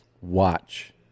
watch